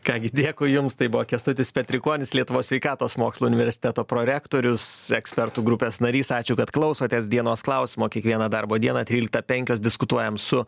ką gi dėkui jums tai buvo kęstutis petrikonis lietuvos sveikatos mokslų universiteto prorektorius ekspertų grupės narys ačiū kad klausotės dienos klausimo kiekvieną darbo dieną tryliktą penkios diskutuojam su